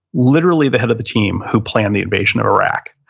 literally the head of the team who planned the invasion of iraq.